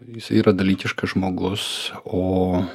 jisai yra dalykiškas žmogus o